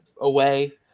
away